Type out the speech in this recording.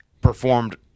performed